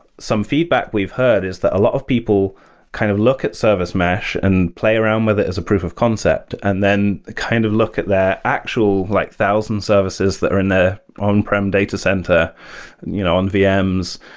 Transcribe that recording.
some feedback we've heard is that a lot of people kind of look at service mesh and play around with it as a proof of concept, and then kind of look at their actual like thousand services that are in their on-prem data center and you know on vms,